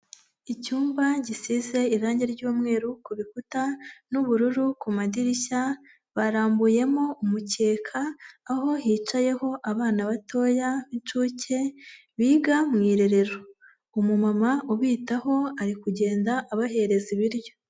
Icyumba gisize irangi ry'umweru ku bikuta, n'ubururu ku madirishya, barambuyemo umukeka, aho hicayeho abana batoya b'incuke, biga mu irerero. Umumama ubitaho ari kugenda abahereza ibiryo.